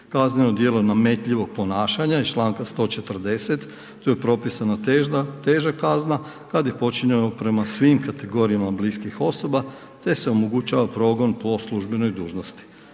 Kazneno djelo nametljivog ponašanja iz čl. 140., tu je propisana teža kazna kad je počinjeno prema svim kategorijama bliskih osoba te se omogućava progon po službenoj dužnosti.